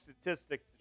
statistics